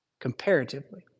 comparatively